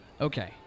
Okay